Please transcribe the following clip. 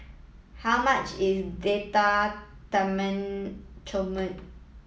how much is Date Tamarind Chutney